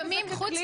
לפעמים --- חבר'ה,